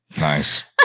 Nice